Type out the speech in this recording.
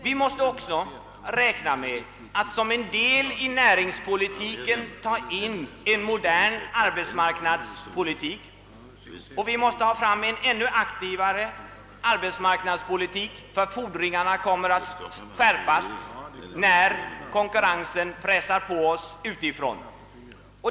Vi måste vidare räkna med att som en del av näringspolitiken föra in en mer modern och ännu effektivare arbetsmarknadspolitik, ännu effektivare eftersom fordringarna kommer att skärpas när konkurrensen pressar på utifrån.